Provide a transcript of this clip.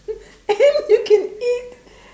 and you can eat